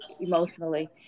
emotionally